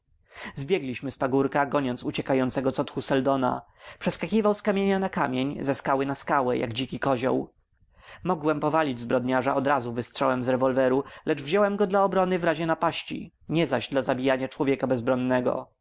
zbiegliśmy z pagórka goniąc uciekającego co tchu seldona przeskakiwał z kamienia na kamień ze skały na skałę jak dziki kozioł mogłem powalić zbrodniarza odrazu wystrzałem z rewolweru lecz wziąłem go dla obrony w razie napaści nie zaś dla zabijania człowieka bezbronnego